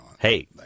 Hey